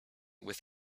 with